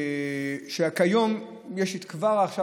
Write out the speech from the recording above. כבר עכשיו,